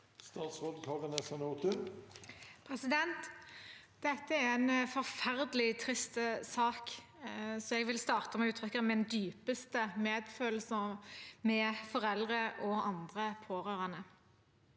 Statsråd Kari Nessa Nordtun Dette er en forferdelig trist sak, så jeg vil starte med å uttrykke min dypeste medfølelse med foreldre og andre pårørende.